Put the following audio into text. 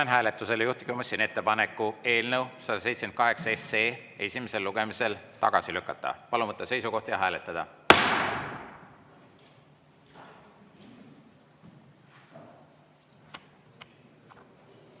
hääletusele juhtivkomisjoni ettepaneku eelnõu 178 esimesel lugemisel tagasi lükata. Palun võtta seisukoht ja hääletada!